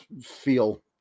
feel